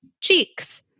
cheeks